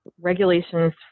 regulations